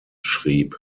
schrieb